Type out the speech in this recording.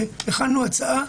והכנו הצעה,